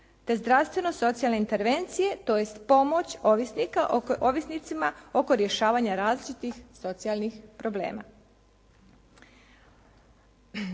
te zdravstveno socijalne intervencije tj. pomoć ovisnika, ovisnicima oko rješavanja različitih socijalnih problema.